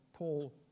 Paul